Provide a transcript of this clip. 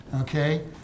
okay